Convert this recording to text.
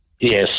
Yes